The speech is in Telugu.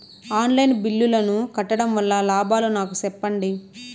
ఆన్ లైను బిల్లుల ను కట్టడం వల్ల లాభాలు నాకు సెప్పండి?